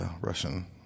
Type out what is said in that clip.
Russian